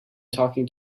talking